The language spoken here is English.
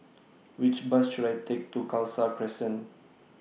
Which Bus should I Take to Khalsa Crescent